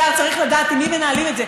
צריך לדעת עם מי מנהלים את זה.